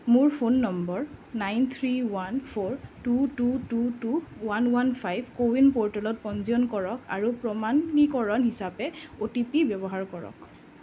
মোৰ phone number nine three one four two two two two one one five CoWIN প'ৰ্টেলত পঞ্জীয়ন কৰক আৰু প্ৰমাণী কৰণ হিচাপে অ' টি পি ব্যৱহাৰ কৰক